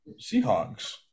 Seahawks